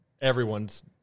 everyone's